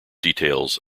details